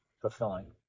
fulfilling